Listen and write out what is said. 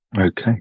Okay